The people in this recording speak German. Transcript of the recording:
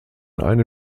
eine